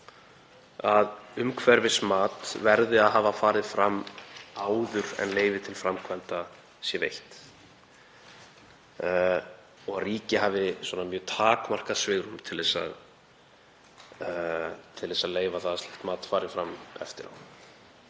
að umhverfismat verði að hafa farið fram áður en leyfi til framkvæmda er veitt og að ríki hafi mjög takmarkað svigrúm til þess að leyfa það að slíkt mat fari fram eftir á.